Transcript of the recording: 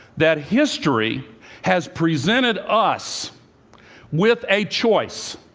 that history has presented us with a choice